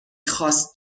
خواست